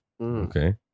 Okay